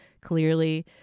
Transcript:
clearly